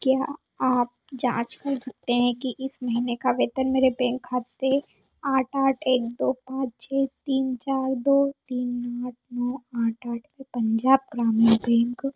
क्या आप जाँच कर सकते हैं कि इस महीने का वेतन मेरे बैंक खाते आठ आठ एक दो पाँच छः तीन चार दो तीन आठ नौ आठ आठ में पंजाब ग्रामीण बैंक